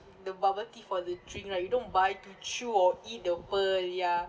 the bubble tea for the drink right you don't buy to chew or eat the pearl ya